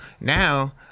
Now